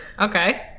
Okay